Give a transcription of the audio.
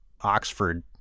Oxford